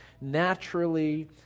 naturally